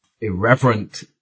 irreverent